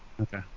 Okay